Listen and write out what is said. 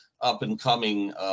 up-and-coming